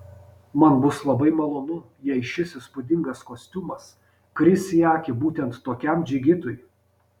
man bus labai malonu jei šis įspūdingas kostiumas kris į akį būtent tokiam džigitui